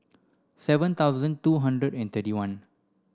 seven thousand two hundred and thirty one